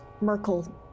Merkel